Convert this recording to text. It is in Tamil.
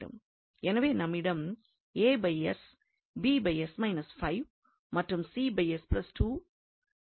எனவே நம்மிடம் மற்றும் ஆகும்